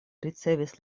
ricevis